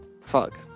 Fuck